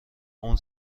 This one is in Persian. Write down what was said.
اون